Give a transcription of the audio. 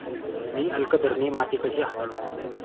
मी अल्कधर्मी माती कशी हाताळू?